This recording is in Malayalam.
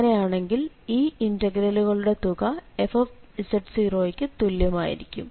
അങ്ങനെയാണെങ്കിൽ ഈ ഇന്റഗ്രലുകളുടെ തുക f നു തുല്യമായിരിക്കും